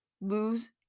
lose